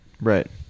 right